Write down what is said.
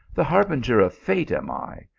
the harbinger of fate am i,